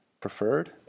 preferred